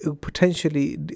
potentially